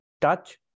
touch